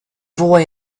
boy